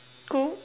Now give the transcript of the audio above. cool